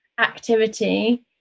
activity